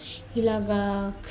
ఇలాగా